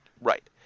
right